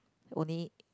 only